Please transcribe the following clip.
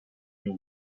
you